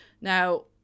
Now